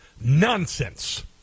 nonsense